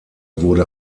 wurde